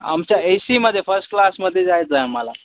आमच्या एसीमध्ये फर्स्ट क्लासमध्ये जायचं आहे आम्हाला